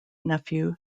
nephew